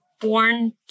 born